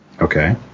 Okay